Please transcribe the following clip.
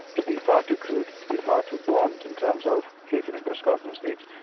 to be far too crude, to be far too blunt in terms of catering for scotland's needs.